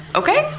okay